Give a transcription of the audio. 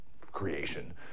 creation